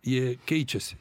jie keičiasi